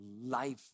life